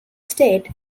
state